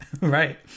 Right